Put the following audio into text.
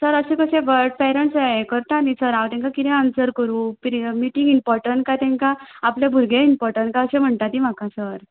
sir अशें कशें but parents हें करता न्हय सर हांव तेंकां कितें आन्सर करूं कितें मिटींग इंपॉटण काय तेंकां आपले भुरगे इंपॉटण काय अशें म्हणटा तीं म्हाका सर